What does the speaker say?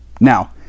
Now